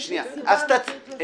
אין שום סיבה אמיתית לזה.